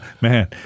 man